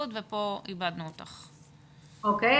אושרו.